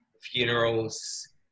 funerals